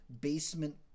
basement